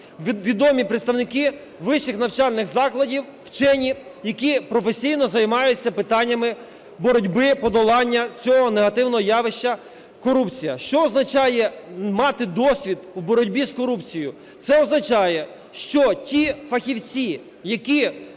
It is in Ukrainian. відомі представники вищих навчальних закладів, вчені, які професійно займаються питаннями боротьби подолання цього негативного явища – корупція. Що означає мати досвід в боротьбі з корупцією? Це означає, що ті фахівці, які